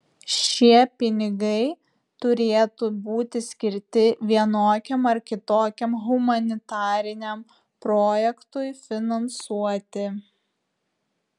šie pinigai turėtų būti skirti vienokiam ar kitokiam humanitariniam projektui finansuoti